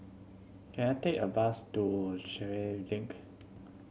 can I take a bus to Sheare Link